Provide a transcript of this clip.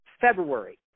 February